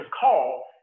call